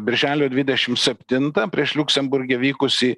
birželio dvidešim septintą prieš liuksemburge vykusį